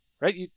right